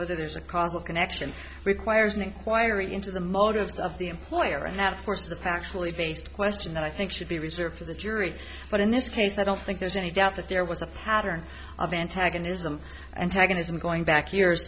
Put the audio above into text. whether there's a causal connection requires an inquiry into the motives of the employer and the force of the factually based question that i think should be reserved for the jury but in this case i don't think there's any doubt that there was a pattern of antagonism antagonism going back years